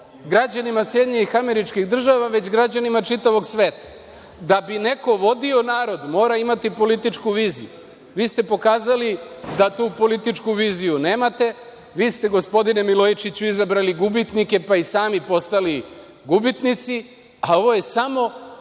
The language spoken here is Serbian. građanima SAD, nego i građanima čitavog sveta. Da bi neko vodio narod, mora imati političku viziju. Vi ste pokazali da tu političku viziju nemate. Vi ste, gospodine Milojičiću, izabrali gubitnike, pa ste i sami postali gubitnik, a ovo je samo